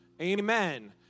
Amen